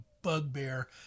bugbear